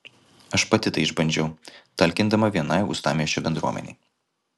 aš pati tai išbandžiau talkindama vienai uostamiesčio bendruomenei